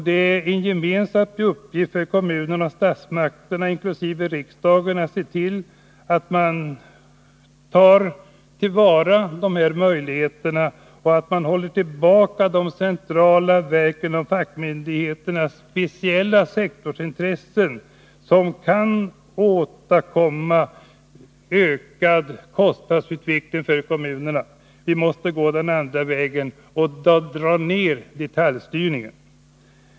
Det är en gemensam uppgift för kommunerna och statsmakterna inkl. riksdagen att se till att man tar till vara de här möjligheterna och håller tillbaka de centrala verkens och fackmyndigheternas speciella sektorsintressen, som kan åstadkomma en utveckling med ökade kostnader för kommunerna. Vi måste gå den andra vägen och dra ner detaljstyrningen.